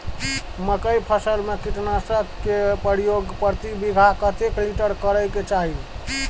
मकई फसल में कीटनासक के प्रयोग प्रति बीघा कतेक लीटर करय के चाही?